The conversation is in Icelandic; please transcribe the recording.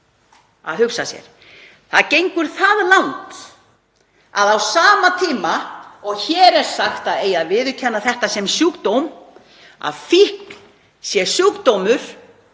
Að hugsa sér. Það gengur það langt að á sama tíma og hér er sagt að það eigi að viðurkenna þetta sem sjúkdóm, að fíkn sé sjúkdómur,